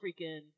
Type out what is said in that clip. freaking